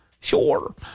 Sure